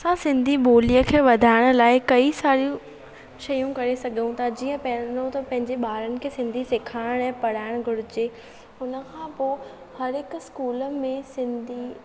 असां सिंधी ॿोलीअ खे वधाइणु लाइ कई सारियूं शयूं करे सघूं था जीअं पहिरीं त पंहिंजे ॿारनि खे सिंधी सिखाइणु ऐं पढ़ाइणु घुरिजे हुन खां पोइ हर हिकु स्कूल में सिंधी